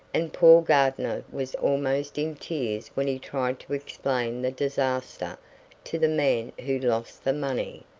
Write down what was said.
and poor gardner was almost in tears when he tried to explain the disaster to the man who lost the money.